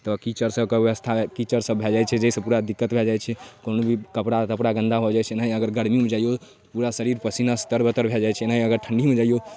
तऽ कीचड़ सबके व्यवस्था कीचड़ सब भए जाइ छै जाहिसँ पूरा दिक्कत भए जाइ छै कोनो भी कपड़ा तपड़ा गन्दा भऽ जाइ छै नहि अगर गर्मीमे जइयौ पूरा शरीर पसीना से तर बतर भए जाइ छै नहि अगर ठण्डीमे जइयौ